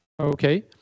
Okay